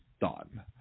done